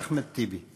חבר הכנסת אחמד טיבי.